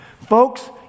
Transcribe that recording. Folks